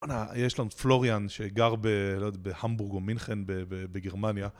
באנה, יש לנו פלוריאן שגר בהמבורג או מינכן בגרמניה